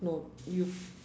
no you